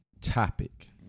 topic